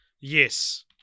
Yes